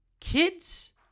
Kids